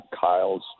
Kyle's